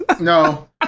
No